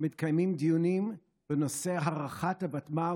מתקיימים דיונים בנושא הארכת הוותמ"ל,